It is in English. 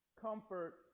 Comfort